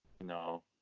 No